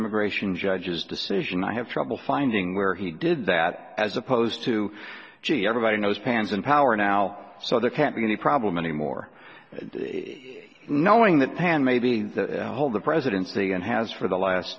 immigration judge's decision i have trouble finding where he did that as opposed to gee everybody knows pans and power now so there can't be any problem anymore knowing that pan may be hold the presidency and has for the last